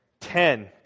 ten